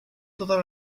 todas